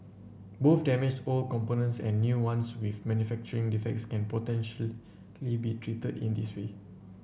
both damaged old components and new ones with manufacturing defects can potentially be treated in this way